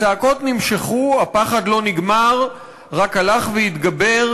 הצעקות נמשכו, הפחד לא נגמר, רק הלך והתגבר.